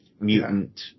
Mutant